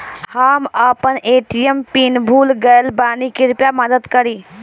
हम अपन ATM pin भूल गएल बानी, कृपया मदद करीं